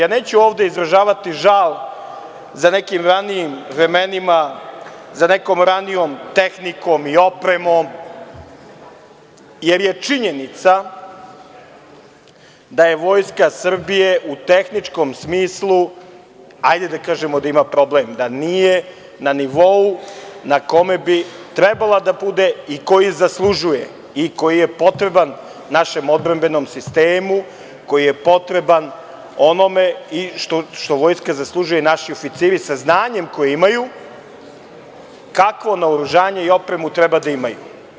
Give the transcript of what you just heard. Ja neću ovde izražavati žal za nekim ranijim vremenima, za nekom ranijom tehnikom i opremom, jer je činjenica da je Vojska Srbije u tehničkom smislu, hajde da kažemo da ima problem, da nije na nivou na kome bi trebalo da bude i koji zaslužuje i koji je potreban našem odbrambenom sistemu, koji je potreban onome i što Vojska zaslužuje, pa i naši oficiri sa znanjem koje imaju, i kakvo naoružanje i opremu treba da imaju.